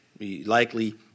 likely